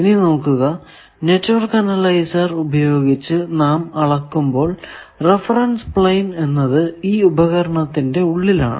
ഇനി നോക്കുക network analyser ഉപയോഗിച്ച് നാം അളക്കുമ്പോൾ റഫറൻസ് പ്ലെയിൻ എന്നത് ഈ ഉപകരണത്തിന്റെ ഉള്ളിലാണ്